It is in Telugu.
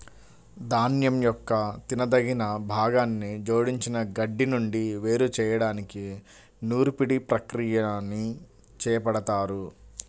ధాన్యం యొక్క తినదగిన భాగాన్ని జోడించిన గడ్డి నుండి వేరు చేయడానికి నూర్పిడి ప్రక్రియని చేపడతారు